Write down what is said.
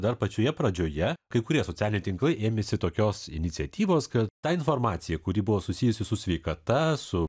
dar pačioje pradžioje kai kurie socialiniai tinklai ėmėsi tokios iniciatyvos kad tą informaciją kuri buvo susijusi su sveikata su